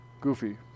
Goofy